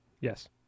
Yes